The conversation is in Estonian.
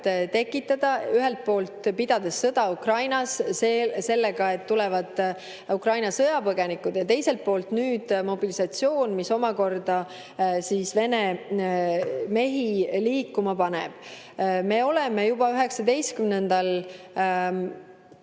tekitada, ühelt poolt – pidades sõda Ukrainas – sellega, et tulevad Ukraina sõjapõgenikud, ja teiselt poolt mobilisatsiooniga, mis omakorda Vene mehi liikuma paneb. Me oleme juba 19.